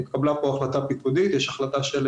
התקבלה פה החלטה פיקודית, יש החלטה של